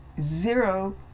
Zero